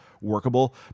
workable